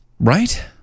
Right